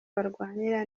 barwanira